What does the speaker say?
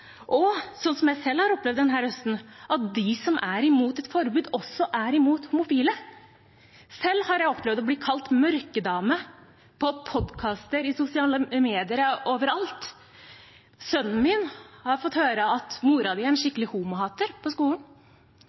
og, sånn jeg selv har opplevd denne høsten, at de som er imot et forbud, også er imot homofile. Selv har jeg opplevd å bli kalt mørkedame på podcaster, i sosiale medier, ja overalt. Sønnen min har fått høre på skolen at moren hans er en skikkelig homohater.